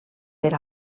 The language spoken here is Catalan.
per